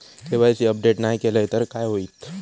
KYC update नाय केलय तर काय होईत?